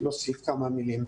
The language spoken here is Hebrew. להוסיף כמה מלים.